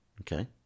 Okay